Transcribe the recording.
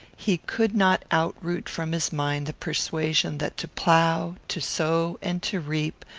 he could not outroot from his mind the persuasion that to plough, to sow, and to reap,